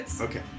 Okay